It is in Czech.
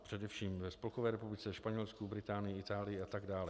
Především ve Spolkové republice, ve Španělsku, Británii, Itálii a tak dále.